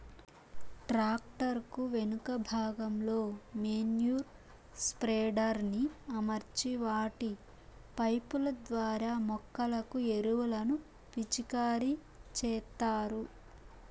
tractor కు వెనుక భాగంలో మేన్యుర్ స్ప్రెడర్ ని అమర్చి వాటి పైపు ల ద్వారా మొక్కలకు ఎరువులను పిచికారి చేత్తారు